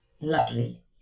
Luckily